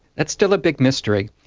that's still a big mystery.